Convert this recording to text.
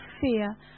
fear